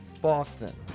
Boston